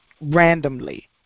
randomly